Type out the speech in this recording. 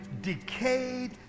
decayed